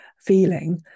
feeling